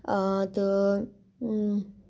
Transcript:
اۭں تہٕ